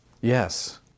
Yes